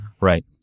Right